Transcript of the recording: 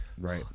right